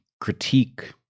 critique